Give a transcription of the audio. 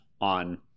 on